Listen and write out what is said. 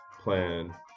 plan